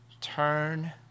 Turn